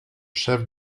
chef